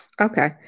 Okay